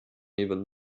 even